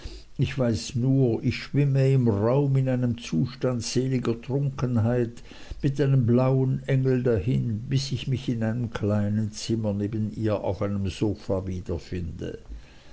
ich weiß nur ich schwimme im raum in einem zustand seliger trunkenheit mit einem blauen engel dahin bis ich mich in einem kleinen zimmer neben ihr auf einem sofa wiederfinde